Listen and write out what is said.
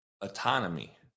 autonomy